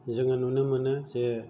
जोङो नुनो मोनो जे